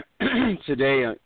today